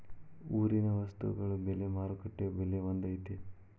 ಊರಿನ ವಸ್ತುಗಳ ಬೆಲೆ ಮಾರುಕಟ್ಟೆ ಬೆಲೆ ಒಂದ್ ಐತಿ?